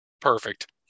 Perfect